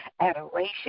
adoration